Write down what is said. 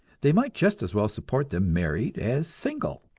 they might just as well support them married as single,